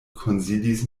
konsilis